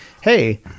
hey